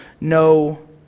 no